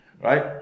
right